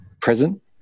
present